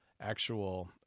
actual